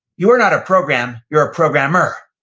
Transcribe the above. you are not a program, you're a programmer.